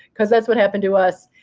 because that's what happened to us.